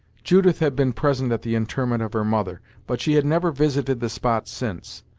judith had been present at the interment of her mother, but she had never visited the spot since.